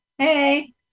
Hey